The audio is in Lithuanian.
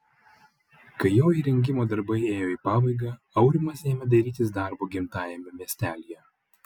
kai jo įrengimo darbai ėjo į pabaigą aurimas ėmė dairytis darbo gimtajame miestelyje